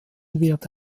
wird